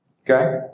Okay